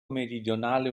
meridionale